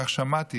כך שמעתי,